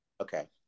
Okay